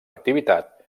activitat